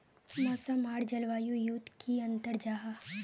मौसम आर जलवायु युत की अंतर जाहा?